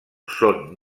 són